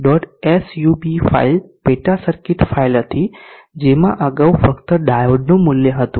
SUB file પેટા circuit file હતી જેમાં અગાઉ ફક્ત ડાયોડનું મોડ્યુલ હતું